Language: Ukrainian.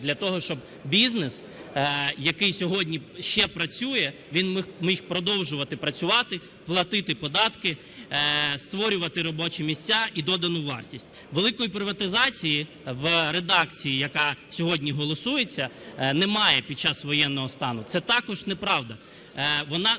для того, щоб бізнес, який сьогодні ще працює, він міг продовжувати працювати, платити податки, створювати робочі місця і додану вартість. Великої приватизації в редакції, яка сьогодні голосується, немає під час воєнного стану. Це також неправда, вона заборонена